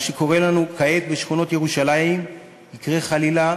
מה שקורה לנו כעת בשכונות ירושלים יקרה חלילה